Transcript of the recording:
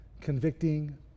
convicting